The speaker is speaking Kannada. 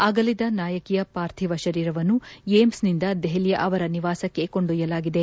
ಅಗಲಿದ ನಾಯಕಿಯ ಪಾರ್ಥಿವ ಶರೀರವನ್ನು ಏಮ್ಸಿನಿಂದ ದೆಹಲಿಯ ಅವರ ನಿವಾಸಕ್ಕೆ ಕೊಂಡೊಯ್ಲಾಗಿದೆ